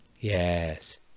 Yes